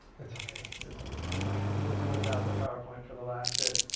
it's okay, it's ah it's okay. we'll do without the powerpoint for the last bit.